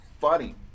funny